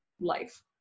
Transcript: life